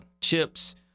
chips